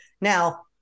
Now